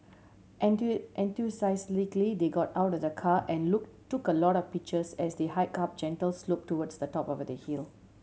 enthusiastically they got out of the car and look took a lot of pictures as they hiked up gentle slope towards the top of the hill